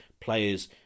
players